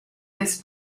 this